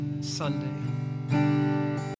Sunday